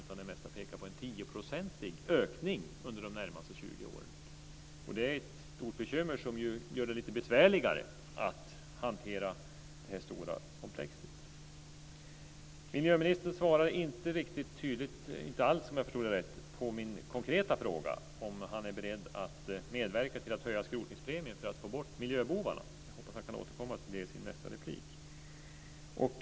I stället pekar det mesta på en 10-procentig ökning under de närmaste 20 åren. Det är ett stort bekymmer som gör det lite besvärligare att hantera det här stora komplexet. Miljöministern svarar inte riktigt tydligt - inte alls, om jag förstod det rätt - på min konkreta fråga om han är beredd att medverka till att höja skrotningspremien för att få bort miljöbovarna. Jag hoppas att han kan återkomma till det i sitt nästa inlägg.